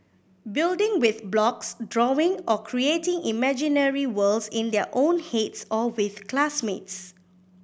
building with blocks drawing or creating imaginary worlds in their own heads or with classmates